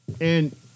And-